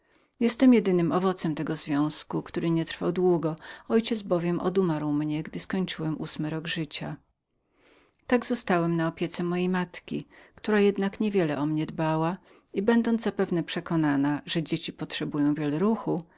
jestem jedynym owocem tego związku który nie trwał długo ojciec bowiem odumarł mnie właśnie gdy kończyłem ósmy rok życia tak zostałem na opiece mojej matki która jednak nie wiele o mnie dbała i będąc zapewne przekonaną że dzieci potrzebowały wiele ruchu